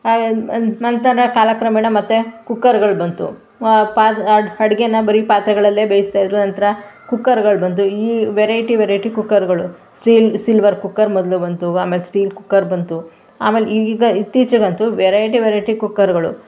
ಹಾಗೆ ನಂತರ ಕಾಲಕ್ರಮೇಣ ಮತ್ತೆ ಕುಕ್ಕರ್ಗಳು ಬಂತು ಪಾದ ಅಡು ಅಡ್ಗೇನ ಬರಿ ಪಾತ್ರೆಗಳಲ್ಲೇ ಬೇಯಿಸ್ತಾ ಇದ್ದರು ನಂತರ ಕುಕ್ಕರ್ಗಳು ಬಂತು ಈ ವೆರೈಟಿ ವೆರೈಟಿ ಕುಕ್ಕರ್ಗಳು ಸ್ಟೀಲ್ ಸಿಲ್ವರ್ ಕುಕ್ಕರ್ ಮೊದಲು ಬಂತು ಆಮೇಲೆ ಸ್ಟೀಲ್ ಕುಕ್ಕರ್ ಬಂತು ಆಮೇಲೆ ಈಗ ಇತ್ತೀಚೆಗಂತೂ ವೆರೈಟಿ ವೆರೈಟಿ ಕುಕ್ಕರ್ಗಳು